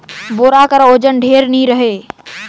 बोरा कर ओजन ढेर नी रहें